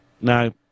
Now